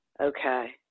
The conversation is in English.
Okay